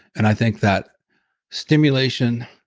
and i think that stimulation,